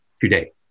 today